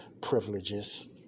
privileges